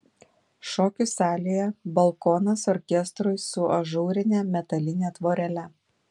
šokių salėje balkonas orkestrui su ažūrine metaline tvorele